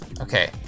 Okay